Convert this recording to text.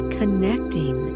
connecting